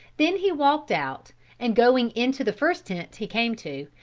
then he walked out and going into the first tent he came to,